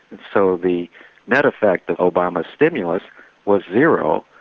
so the net effect of obama's stimulus was zero.